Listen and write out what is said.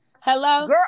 Hello